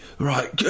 Right